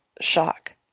Shock